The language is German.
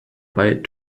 beim